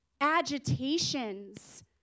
agitations